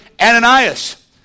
Ananias